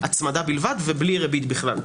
הצמדה בלבד ובלי ריבית בכלל.